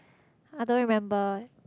I don't remember